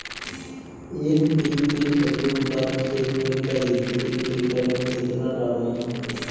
NPK प्रयोग कब खेत मे करि एक एकड़ मे कितना डाली?